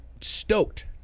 stoked